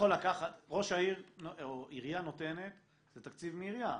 ראש העיר או עירייה נותנת וזה תקציב מעירייה,